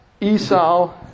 Esau